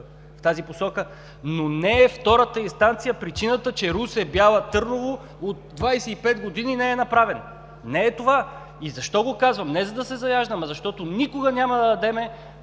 в тази посока. Не е обаче втората инстанция причината, че пътят Русе – Бяла – Търново от 25 години не е направен. Не е това! И защо го казвам? Не за да се заяждам, а защото никога няма да дадем